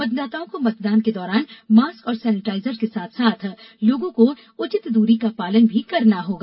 मतदाताओं को मतदान के दौरान मॉस्क और सैनेटाइजर के साथ साथ लोगों को उचित दूरी का पालन भी करना होगा